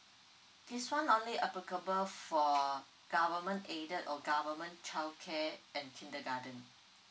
this one only applicable for government aided or government childcare and kindergarten